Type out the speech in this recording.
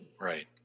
Right